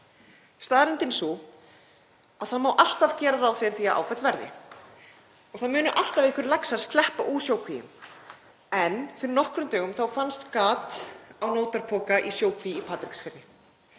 Staðreyndin er sú að það má alltaf gera ráð fyrir því að áföll verði og það munu alltaf einhverjir laxar sleppa úr sjókvíum. En fyrir nokkrum dögum fannst gat á nótarpoka í sjókví í Patreksfirði.